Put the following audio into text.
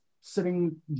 sitting